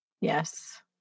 yes